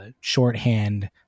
shorthand